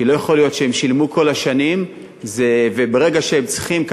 כי לא יכול להיות שאנשים שילמו כל השנים וברגע שהם צריכים,